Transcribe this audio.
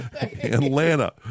Atlanta